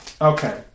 Okay